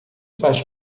faz